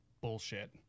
bullshit